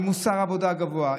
עם מוסר עבודה גבוה,